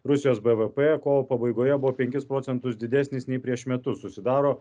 rusijos bvp kovo pabaigoje buvo penkis procentus didesnis nei prieš metus susidaro